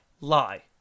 lie